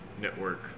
network